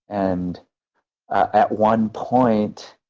and ah at one point,